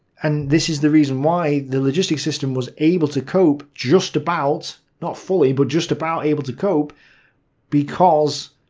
and this is the reason why the logistic system was able to cope, just about. not fully, but just about able to cope because,